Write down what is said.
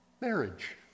Marriage